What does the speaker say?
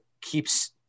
keeps